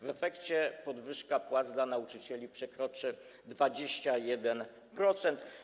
W efekcie podwyżka płac dla nauczycieli przekroczy 21%.